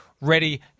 ready